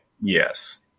Yes